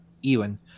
Ewan